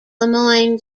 lemoine